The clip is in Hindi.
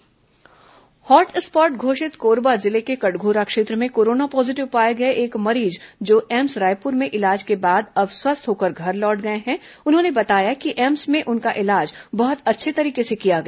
कोरोना स्वस्थ मरीज कटघोरा हॉट स्पॉट घोषित कोरबा जिले के कटघोरा क्षेत्र में कोरोना पॉजीटिव पाए गए एक मरीज जो एम्स रायपुर में इलाज के बाद अब स्वस्थ होकर घर लौट गए हैं ने बताया कि एम्स में उनका इलाज बहुत अच्छे तरीके से किया गया